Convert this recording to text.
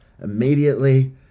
immediately